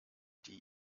die